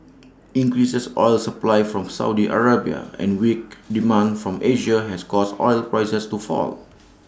increases oil supply from Saudi Arabia and weak demand from Asia has caused oil prices to fall